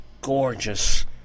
gorgeous